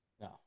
no